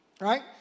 right